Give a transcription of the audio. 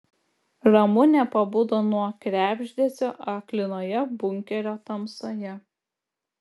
ramunė pabudo nuo krebždesio aklinoje bunkerio tamsoje